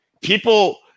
People